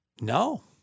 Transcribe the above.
No